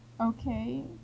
okay